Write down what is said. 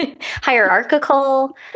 hierarchical